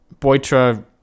Boitra